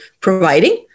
providing